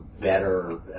better